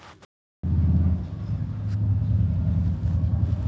ಮನುಷ್ಯ ನಂಗ ಎಪ್ಪತ್ತರಿಂದ ನೂರ ವರ್ಷಗಳವರಗು ಬದಕತಾವಂತ